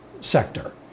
sector